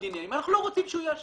עניינים אנחנו לא רוצים שהוא יהיה שם.